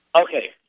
Okay